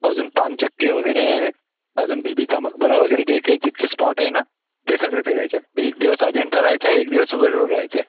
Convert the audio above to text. अजून पानचक्की वगैरे आहे अजून बिबीचा मकबरा वगैरे जे काही तिथले स्पॉट आहे ना ते सगळे फिरायचेय एक दिवस अजिंठा राहायचंय एक दिवस वेरूळ राहायचंय